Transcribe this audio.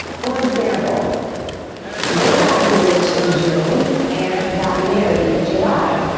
for example they got engaged in june, and got married in july